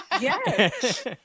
Yes